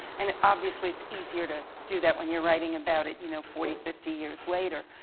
and, obviously, it's easier to do that when you're writing about it you know forty, fifty years later.